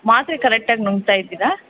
ಮಾತ್ರೆ ಕರೆಟ್ಟಾಗಿ ನುಂಗ್ತಾ ಇದ್ದೀರಾ